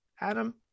Adam